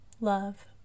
love